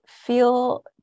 feel